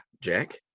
Jack